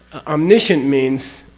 omniscient means,